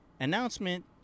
announcement